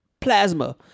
plasma